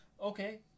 Okay